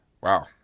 wow